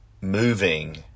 moving